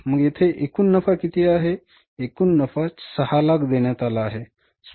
मग येथे एकूण नफा किती आहे एकूण नफा 600000 देण्यात आला आहे